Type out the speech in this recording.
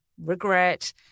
regret